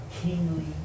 kingly